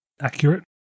Accurate